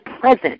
present